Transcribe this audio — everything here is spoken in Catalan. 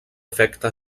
efecte